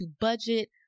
budget